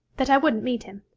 that i wouldn't meet him.